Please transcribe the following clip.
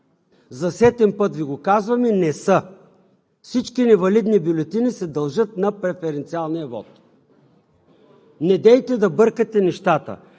За сетен път Ви го казвам: ми не са! Всички невалидни бюлетини се дължат на преференциалния вот. Недейте да бъркате нещата!